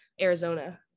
Arizona